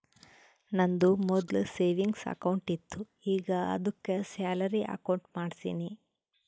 ನಂದು ಮೊದ್ಲು savings account ಇತ್ತು ಈಗ ಆದ್ದುಕೆ ಸ್ಯಾಲರಿ ಅಕೌಂಟ್ ಮಾಡ್ಸಿನಿ